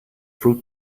fruit